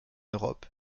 europe